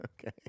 Okay